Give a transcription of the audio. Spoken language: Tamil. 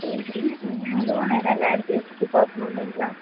சரிங்க முதுமலையில் எல்லா இடத்தையும் சுற்றி பார்க்கணும் இல்லைங்களா